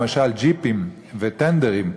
למשל ג'יפים וטנדרים,